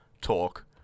talk